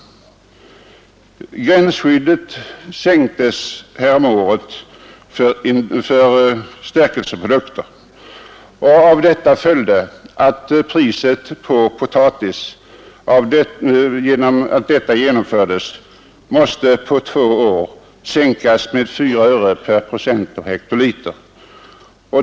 Gränsskyddet sänktes härom året för stärkelseprodukter. Av detta följde att priset på potatis måste på två år sänkas med 4 öre per stärkelseprocent och hektoliter.